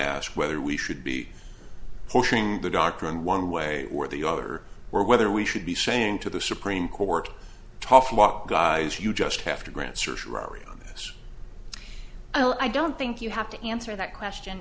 asked whether we should be pushing the doctrine one way or the other or whether we should be saying to the supreme court tough luck guys you just have to grant certiorari on this well i don't think you have to answer that question